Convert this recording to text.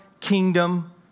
kingdom